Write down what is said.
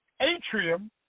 Atrium